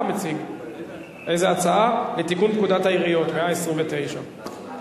הצעת חוק לתיקון פקודת העיריות (מס' 129)